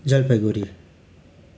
Jalpaiguri